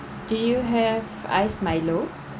do you have ice milo